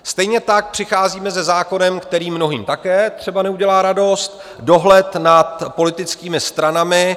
Stejně tak přicházíme se zákonem, který také mnohým třeba neudělá radost dohled nad politickými stranami.